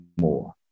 more